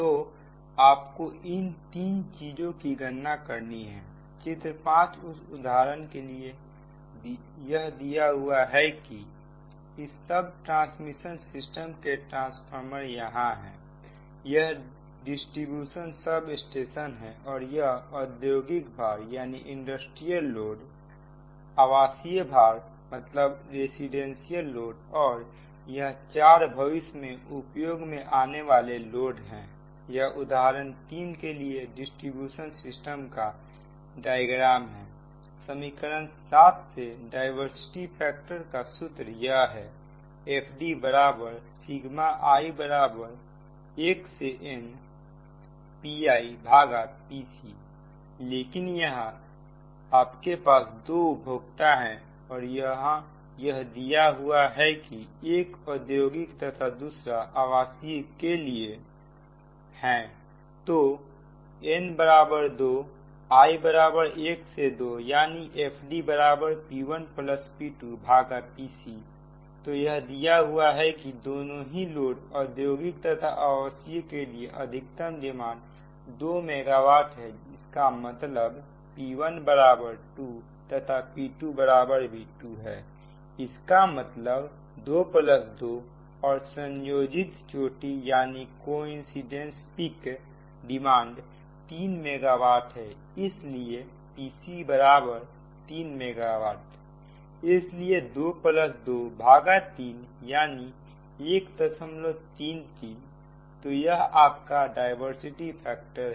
तो आपको इन तीन चीजों की गणना करनी है चित्र 5 इस उदाहरण के लिए यह दिया हुआ है कि इस सब ट्रांसमिशन सिस्टम के ट्रांसफॉर्मर यहां है यह डिस्ट्रीब्यूशन सब स्टेशन है और यह औद्योगिक भार आवासीय भार और यह चार् भविष्य में उपयोग में आने वाले लोड हैं यह उदाहरण 3 के लिए डिस्ट्रीब्यूशन सिस्टम का डायग्राम है समीकरण 7 से डायवर्सिटी फैक्टर का सूत्र यह है FDi1npipcलेकिन यहां आपके पास 2 उपभोक्ता हैं और यहां यह दिया हुआ है एक औद्योगिक तथा दूसरा आवासीय के लिए तो n2 i1 से 2 यानी FDp1p2Pc तो यह दिया हुआ है कि दोनों ही लोड औद्योगिक तथा आवासीय के लिए अधिकतम डिमांड 2 मेगावाट है इसका मतलब p12 तथा p22 इसका मतलब 2 प्लस 2 और संयोजित चोटी डिमांड 3 मेगा वाट है इसलिए Pc3 मेगा वाट इसलिए 223 यानी 133 तो यह आपका डायवर्सिटी फैक्टर है